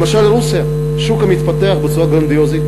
למשל רוסיה, שוק המתפתח בצורה גרנדיוזית,